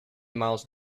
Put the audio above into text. miles